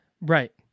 Right